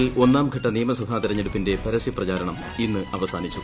ഝാർഖണ്ഡിൽ ഒന്നാം ഘട്ട നിയമീസഭാ തെരഞ്ഞെടുപ്പിന്റെ പരസ്യ പ്രചാരണം ഇന്ന് അവസാനിച്ചു